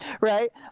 right